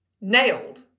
nailed